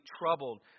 troubled